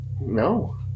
No